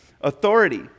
authority